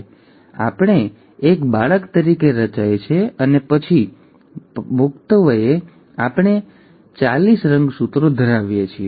તેથી આપણે એક બાળક તરીકે રચાય છે અને પછી પુખ્ત વયે આપણે ચાલીસ રંગસૂત્રો ધરાવીએ છીએ